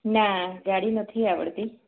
ના ગાડી નથી આવડતી